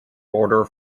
border